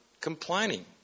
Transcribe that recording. complaining